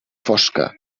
fosca